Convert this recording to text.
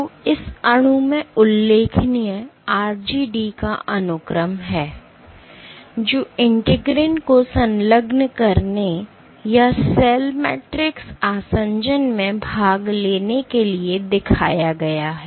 तो इस अणु में उल्लेखनीय RGD का अनुक्रम है जो इंटीग्रिन को संलग्न करने या सेल मैट्रिक्स आसंजन में भाग लेने के लिए दिखाया गया है